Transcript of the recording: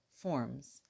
forms